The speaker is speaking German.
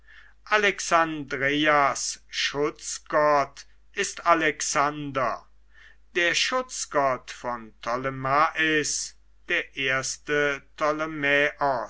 alexandreias schutzgott ist alexander der schutzgott von ptolemais der erste